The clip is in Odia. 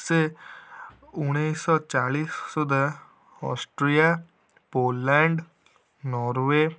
ସେ ଉଣେଇଶହ ଚାଳିଶ ସୁଦ୍ଧା ଅଷ୍ଟ୍ରିଆ ପୋଲାଣ୍ଡ ନରୱେ